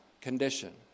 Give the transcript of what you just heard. condition